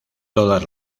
todas